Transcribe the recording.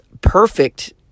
perfect